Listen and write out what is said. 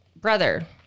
brother